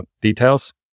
details